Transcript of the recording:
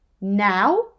now